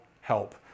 help